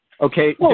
Okay